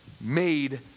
made